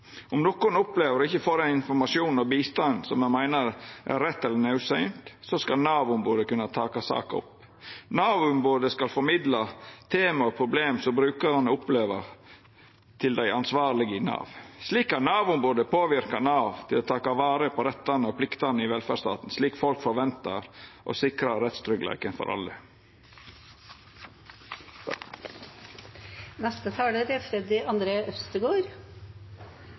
Om nokon opplever at dei ikkje får den informasjonen og bistanden som dei meiner er rett eller naudsynt, skal Nav-ombodet kunna taka saka opp. Nav-ombodet skal formidla tema og problem som brukarane opplever, til dei ansvarlege i Nav. Slik kan Nav-ombodet påverka Nav til å taka vare på rettane og pliktene i velferdsstaten, slik folk forventar, og sikra rettstryggleiken for alle. Jeg måtte bare ta ordet for å si at jeg er